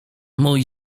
mój